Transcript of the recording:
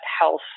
health